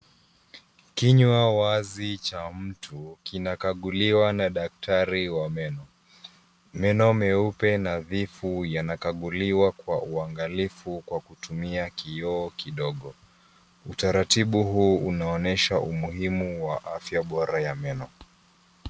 Kinywa wazi cha mtu kinakaguliwa na daktari wa meno. Meno meupe nadhifu yanakaguliwa kwa uangalifu kwa kutumia kioo kidogo. Utaratibu huu unaonyesha umuhimu wa afya bora ya meno.